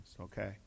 Okay